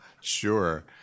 Sure